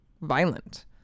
violent